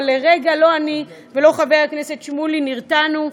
אבל לרגע לא אני ולא חבר הכנסת שמולי נרתענו,